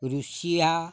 Russia